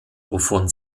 wovon